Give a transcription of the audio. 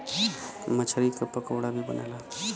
मछरी के पकोड़ा भी बनेला